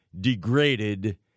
degraded